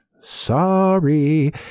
Sorry